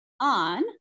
on